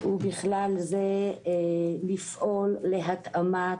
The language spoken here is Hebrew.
ובכלל זה לפעול להתאמת